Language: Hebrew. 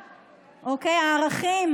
הערכים,